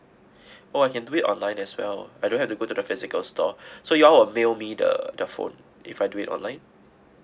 oh I can do it online as well I don't have to go to the physical store so you all will mail me the the phone if I do it online